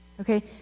Okay